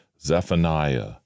Zephaniah